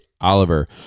Oliver